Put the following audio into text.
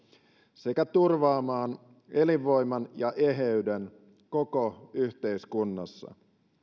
sekä turvaamaan elinvoiman ja eheyden koko yhteiskunnassa